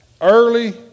Early